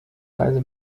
weise